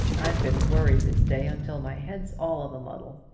i've been worried this day until my head's all of a muddle.